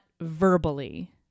verbally